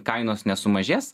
kainos nesumažės